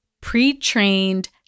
pre-trained